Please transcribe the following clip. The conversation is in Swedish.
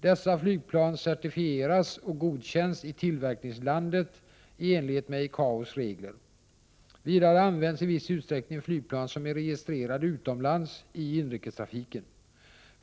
Dessa flygplan certifieras och godkänns i tillverkningslandet i enlighet med ICAO:s regler. Vidare används i viss utsträckning flygplan som är registrerade utomlands i inrikestrafiken.